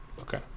okay